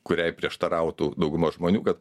kuriai prieštarautų dauguma žmonių kad